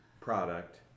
product